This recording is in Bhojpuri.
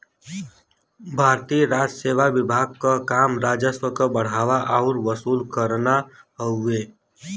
भारतीय राजसेवा विभाग क काम राजस्व क बढ़ाना आउर वसूल करना हउवे